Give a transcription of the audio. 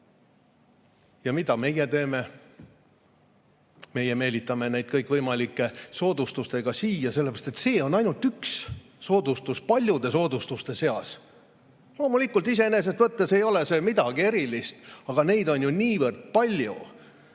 Ja mida meie teeme? Meie meelitame neid kõikvõimalike soodustustega siia, sellepärast et see on ainult üks soodustus paljude soodustuste seas. Loomulikult, iseenesest võttes ei ole see midagi erilist. Aga neid on ju niivõrd palju. Kas selle